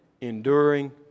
enduring